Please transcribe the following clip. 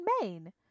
Main